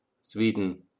Sweden